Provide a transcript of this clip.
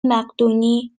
مقدونی